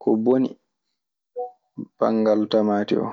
ko boni banngal tamaati oo.